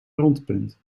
rondpunt